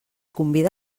convida